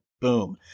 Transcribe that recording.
Boom